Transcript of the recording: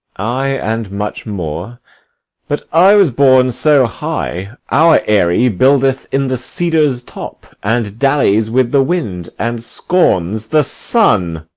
ay, and much more but i was born so high, our aery buildeth in the cedar's top, and dallies with the wind, and scorns the sun.